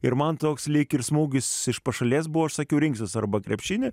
ir man toks lyg ir smūgis iš pašalės buvo aš sakiau rinksiuos arba krepšinį